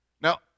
Now